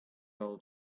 all